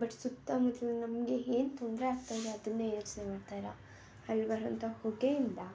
but ಸುತ್ತ ಮುತ್ಲಿನ ನಮಗೆ ಏನು ತೊಂದರೆ ಆಗ್ತಾಯಿದೆ ಅದನ್ನೇ ಯೋಚನೆ ಮಾಡ್ತಾ ಇಲ್ಲ ಅಲ್ಲಿ ಬರುವಂಥ ಹೊಗೆಯಿಂದ